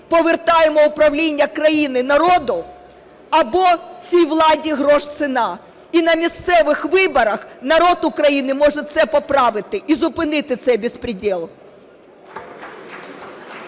повертаємо управління країни народу, або цій владі грош ціна. І на місцевих виборах народ України може це поправити і зупинити цей беспредел.